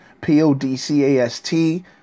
P-O-D-C-A-S-T